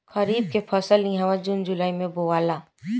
खरीफ के फसल इहा जून जुलाई में बोआला